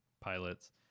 pilots